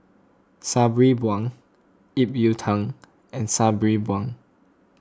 Sabri Buang Ip Yiu Tung and Sabri Buang